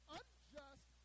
unjust